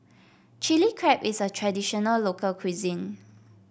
Chili Crab is a traditional local cuisine